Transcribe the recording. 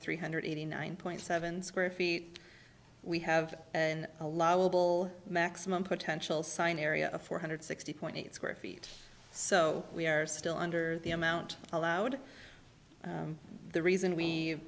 three hundred eighty nine point seven square feet we have an allowable maximum potential sign area of four hundred sixty point eight square feet so we are still under the amount allowed the reason we